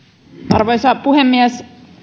arvoisa puhemies